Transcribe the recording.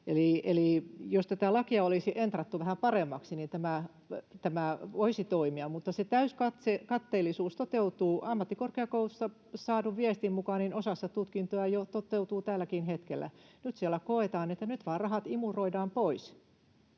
jos tätä lakia olisi entrattu vähän paremmaksi, niin tämä voisi toimia. Se täyskatteellisuus toteutuu ammattikorkeakouluista saadun viestin mukaan osassa tutkintoja jo tälläkin hetkellä. Nyt siellä koetaan, että nyt vain rahat imuroidaan pois.